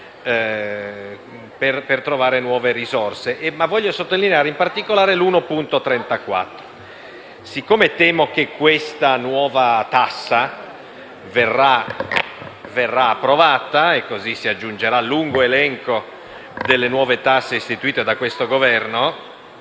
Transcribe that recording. per trovare nuove risorse. Voglio però sottolineare soprattutto l'emendamento 1.34. Siccome temo che questa nuova tassa verrà approvata e che così si aggiungerà al lungo elenco delle nuove tasse istituite da questo Governo